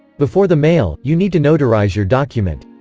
before the mail, you need to notarize your document.